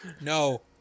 No